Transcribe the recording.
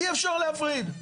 אי-אפשר להפריד.